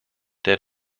der